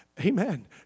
amen